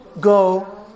go